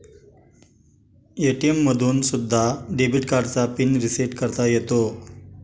ATM मधून सुद्धा debit कार्डचा पिन रिसेट करता येतो